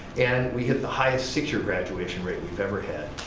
and we hit the highest six-year graduation rate we've ever had.